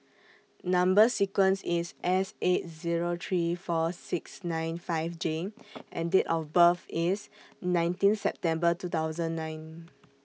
Number sequence IS S eight Zero three four six nine five J and Date of birth IS nineteen September two thousand nine